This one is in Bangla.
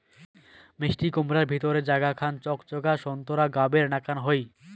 মিষ্টিকুমড়ার ভিতিরার জাগা খান চকচকা সোন্তোরা গাবের নাকান হই